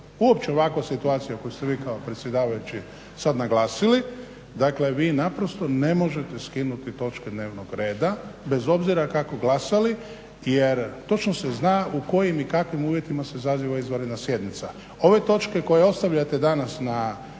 uopće ovakva situacija o kojoj ste vi kao predsjedavajući sad naglasili, dakle vi naprosto ne možete skinuti točke dnevnog reda bez obzira kako glasali jer točno se zna u kojim i kakvim uvjetima se saziva izvanredna sjednica. Ove točke koje ostavljate danas da